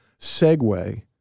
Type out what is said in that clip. segue